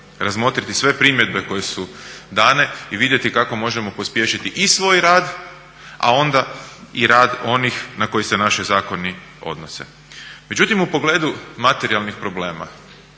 razmotriti sve primjedbe koje su dane i vidjeti kako možemo pospješiti i svoj rad, a onda i rad onih na koje se naši zakoni odnose. Međutim u pogledu materijalnih problema,